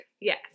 Yes